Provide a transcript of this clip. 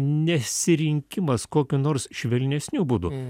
nesirinkimas kokių nors švelnesnių būdų